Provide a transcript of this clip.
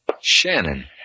Shannon